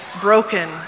broken